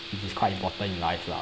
which is quite important in life lah